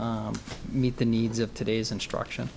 meet the needs of today's instruction